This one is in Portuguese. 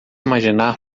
imaginar